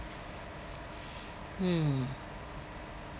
mm